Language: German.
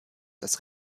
das